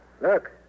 Look